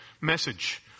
message